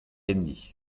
enni